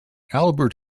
albert